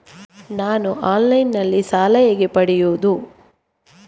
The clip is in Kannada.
ನಾನು ಆನ್ಲೈನ್ನಲ್ಲಿ ಸಾಲ ಹೇಗೆ ಪಡೆಯುವುದು?